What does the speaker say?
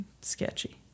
sketchy